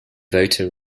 voter